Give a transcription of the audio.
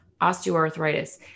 osteoarthritis